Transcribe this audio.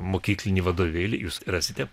mokyklinį vadovėlį jūs rasite